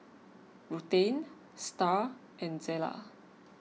Ruthann Starr and Zella